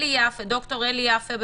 ד"ר אלי יפה,